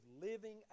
living